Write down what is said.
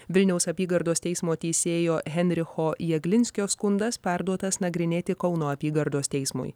vilniaus apygardos teismo teisėjo henricho jaglinskio skundas perduotas nagrinėti kauno apygardos teismui